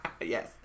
Yes